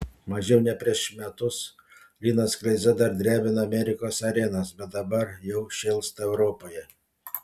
mažiau nei prieš metus linas kleiza dar drebino amerikos arenas bet dabar jau šėlsta europoje